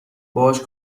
باهاش